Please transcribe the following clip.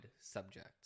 subject